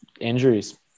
injuries